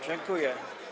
Dziękuję.